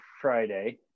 Friday